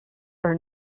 are